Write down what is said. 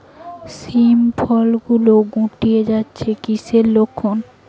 শিম ফল গুলো গুটিয়ে যাচ্ছে কিসের লক্ষন?